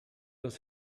was